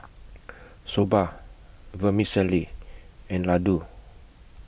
Soba Vermicelli and Ladoo